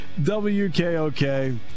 WKOK